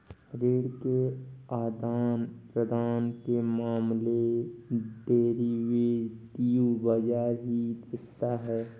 ऋण के आदान प्रदान के मामले डेरिवेटिव बाजार ही देखता है